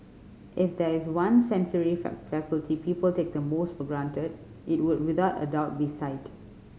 if there is one sensory faculty people take the most for granted it would without a doubt be sight